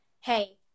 hey